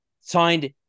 Signed